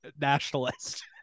nationalist